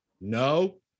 no